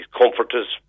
comforters